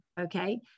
okay